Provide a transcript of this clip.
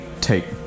take